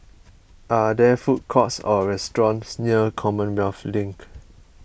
are there food courts or restaurants near Commonwealth Link